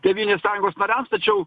tėvynės sąjungos nariams tačiau